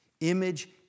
Image